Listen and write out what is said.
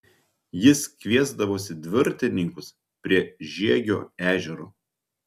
jis kviesdavosi dviratininkus prie žiegio ežero